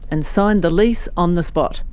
and signed the lease on the spot.